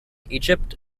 egypt